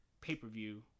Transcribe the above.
pay-per-view